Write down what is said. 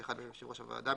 שאחד מהם יושב ראש הוועדה,